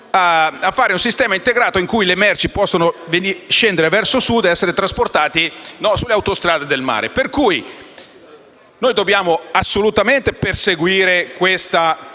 un sistema integrato in cui le merci possono scendere verso sud ed essere trasportate sulle autostrade del mare. Noi dobbiamo pertanto assolutamente perseguire questa